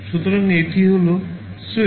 সুতরাং এটি হল স্যুইচ